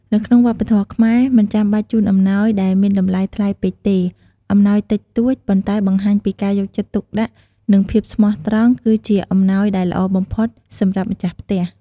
នៅក្នុងវប្បធម៏ខ្មែរមិនចំបាច់ជូនអំណោយដែលមានតម្លៃថ្លៃពេកទេ អំណោយតិចតួចប៉ុន្តែបង្ហាញពីការយកចិត្តទុកដាក់ និងភាពស្មោះត្រង់គឺជាអំណោយដែលល្អបំផុតសម្រាប់ម្ចាស់ផ្ទះ។